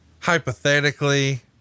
hypothetically